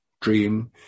dream